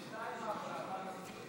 הרשימה המשותפת